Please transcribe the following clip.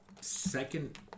second